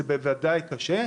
וזה נושא הרעלים.